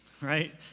right